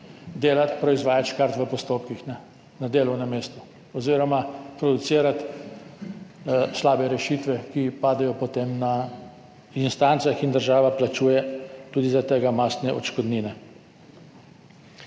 delati, proizvajati škarta v postopkih na delovnem mestu oziroma producirati slabih rešitev, ki padejo potem na instancah in država plačuje tudi zaradi tega mastne odškodnine.